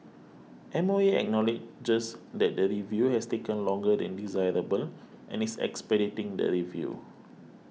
M O E acknowledges that the review has taken longer than desirable and is expediting the review